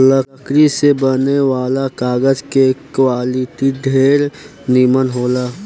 लकड़ी से बने वाला कागज के क्वालिटी ढेरे निमन होला